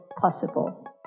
possible